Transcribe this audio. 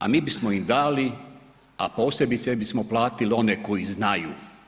A mi bismo im dali, a posebice bismo platili one koji znaju.